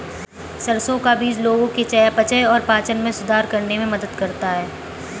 सरसों का बीज लोगों के चयापचय और पाचन में सुधार करने में मदद करता है